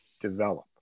develop